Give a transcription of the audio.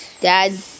dad